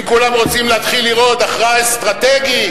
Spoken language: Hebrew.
אם כולם רוצים להתחיל לרעוד, הכרעה אסטרטגית.